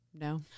No